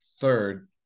third